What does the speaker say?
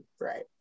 right